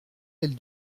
elle